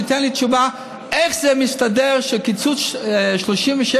שייתן לי תשובה איך מסתדר קיצוץ 36